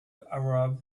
arab